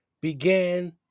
began